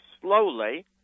slowly